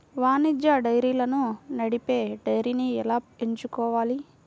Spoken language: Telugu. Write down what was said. వాణిజ్య డైరీలను నడిపే డైరీని ఎలా ఎంచుకోవాలి?